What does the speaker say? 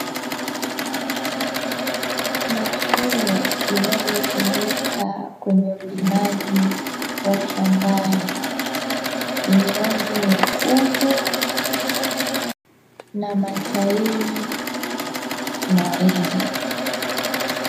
Mashine inayotumika kwenye ulimaji wa shambani, yenye rangi nyekundu na matairi mawili.